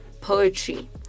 poetry